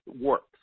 works